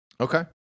Okay